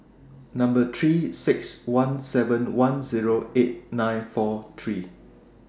Number three six one seven one Zero eight nine four three